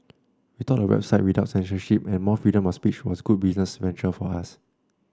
we thought a website without censorship and more freedom of speech a good business venture for us